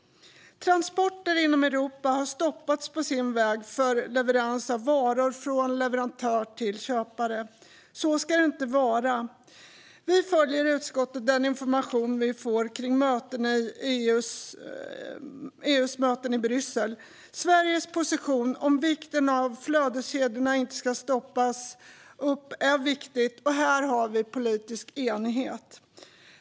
Transporter inom Europa har stoppats på sin väg för leverans av varor från leverantör till köpare. Så ska det inte vara. Vi följer i utskottet den information vi får kring EU:s möten i Bryssel. Sveriges position om vikten av att flödeskedjorna inte ska stoppas upp är viktig, och här har vi politisk enighet.